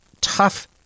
tough